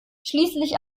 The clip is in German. schließlich